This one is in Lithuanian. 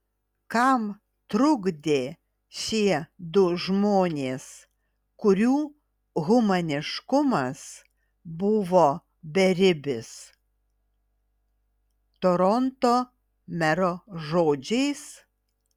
kam trukdė šie du žmonės kurių humaniškumas buvo beribis toronto mero žodžiais